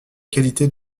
qualité